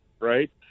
right